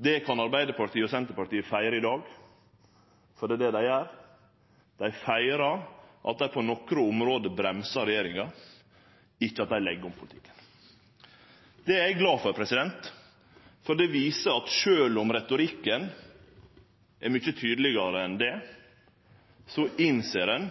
Det kan Arbeidarpartiet og Senterpartiet feire i dag, for det er det dei gjer; dei feirar at dei på nokre område bremsar regjeringa, ikkje at dei legg om politikken. Det er eg glad for, for det viser at sjølv om retorikken er mykje tydelegare enn det, innser ein